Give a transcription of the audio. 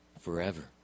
Forever